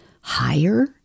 Higher